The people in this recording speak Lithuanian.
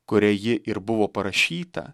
kuria ji ir buvo parašyta